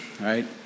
right